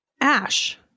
Ash